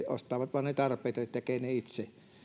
ostavat ne tarpeet ja tekevät ne itse